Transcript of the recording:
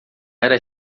era